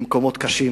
למקומות קשים,